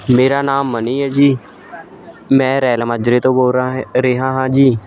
ਮੇਰਾ ਨਾਮ ਮਨੀ ਹੈ ਜੀ ਮੈਂ ਰੈਲ ਮਾਜਰੇ ਤੋਂ ਬੋਲ ਰਹਾ ਰਿਹਾ ਹਾਂ ਜੀ